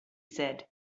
said